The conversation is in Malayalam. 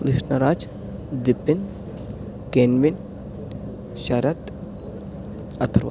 കൃഷ്ണരാജ് ജിതിൻ കെൻവിൻ ശരത് അഥർവ